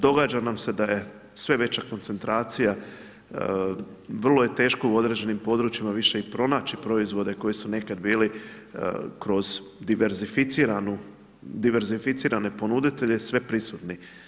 Događa nam se da je sve veća koncentracija, vrlo je teško u određenim područjima više i pronaći proizvode koji su nekad bili kroz diverzificiranu, diverzificirane ponuditelje sve prisutni.